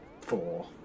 four